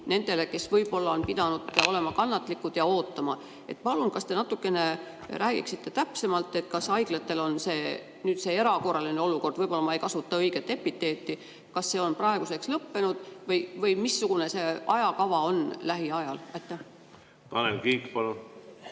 nendele, kes võib-olla on pidanud olema kannatlikud ja ootama. Palun, kas te natuke räägiksite täpsemalt, kas haiglatel on nüüd see erakorraline olukord – võib-olla ma ei kasuta õiget epiteeti – praeguseks lõppenud või missugune see ajakava on lähiajal? Aitäh,